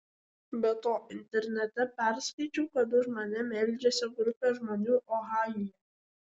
be to internete perskaičiau kad už mane meldžiasi grupė žmonių ohajuje